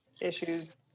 issues